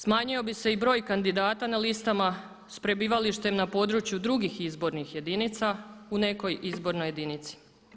Smanjio bi se i broj kandidata na listama s prebivalištem na području drugih izbornih jedinica u nekoj izbornoj jedinici.